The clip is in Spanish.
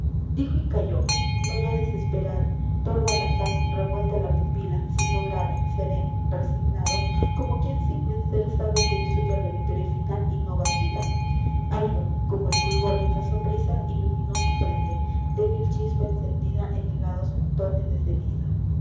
dijo y calló no ya desesperado torva la faz revuelta la pupila sinó grave sereno resignado como quien sin vencer sabe que es suya la victoria final y no vacila algo como el fulgor de una sonrisa iluminó su frente débil chispa encendida en helados montones de ceniza